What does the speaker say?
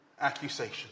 accusation